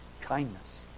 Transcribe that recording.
kindness